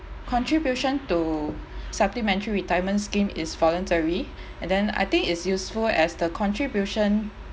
contribution to supplementary retirement scheme is voluntary and then I think it's useful as the contribution